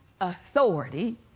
authority